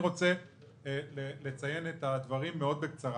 אני רוצה לציין את הדברים מאוד בקצרה: